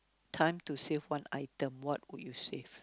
time to save one item what would you save